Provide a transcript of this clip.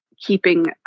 keeping